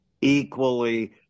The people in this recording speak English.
equally